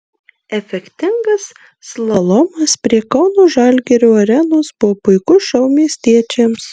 efektingas slalomas prie kauno žalgirio arenos buvo puikus šou miestiečiams